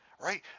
right